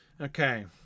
Okay